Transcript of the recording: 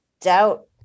doubt